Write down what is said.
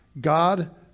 God